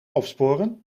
opsporen